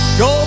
go